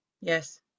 yes